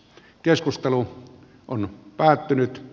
keskustelu on päättynyt